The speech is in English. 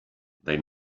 they